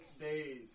days